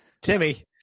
Timmy